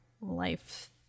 life